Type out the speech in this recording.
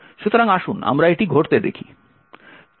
সুতরাং আসুন আমরা এটি ঘটতে দেখি